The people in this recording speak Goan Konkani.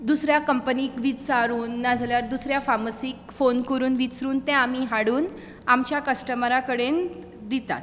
दुसऱ्या कंपनीक विचारून ना जाल्यार दुसऱ्या फार्मसीक फोन करून विचारून ते आमी हाडून आमच्या कस्टमरा कडेन दितात